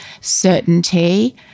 certainty